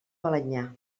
balenyà